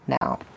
Now